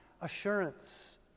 assurance